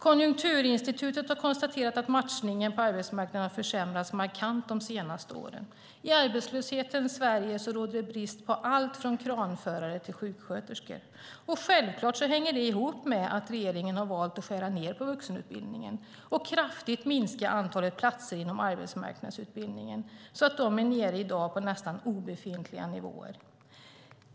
Konjunkturinstitutet har konstaterat att matchningen på arbetsmarknaden försämrats markant de senaste åren. I arbetslöshetens Sverige råder brist på allt från kranförare till sjuksköterskor. Självklart hänger det ihop med att regeringen valt att skära ned på vuxenutbildningen och kraftigt minskat antalet platser inom arbetsmarknadsutbildningen. De är i dag nere på nästan obefintliga nivåer.